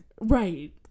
right